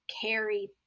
carry